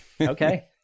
Okay